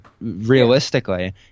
realistically